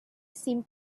seemed